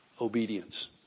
obedience